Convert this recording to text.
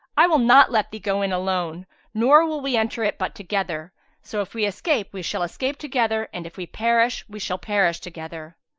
i will not let thee go in alone nor will we enter it but together so if we escape, we shall escape together and if we perish, we shall perish together.